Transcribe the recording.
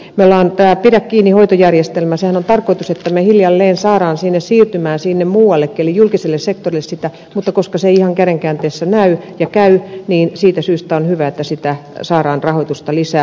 siinähän että meillä on tämä pidä kiinni hoitojärjestelmä on tarkoitus että me hiljalleen saamme siirtymään sinne muuallekin eli julkiselle sektorille sitä mutta koska se ei ihan käden käänteessä näy ja käy niin siitä syystä on hyvä että saadaan rahoitusta lisää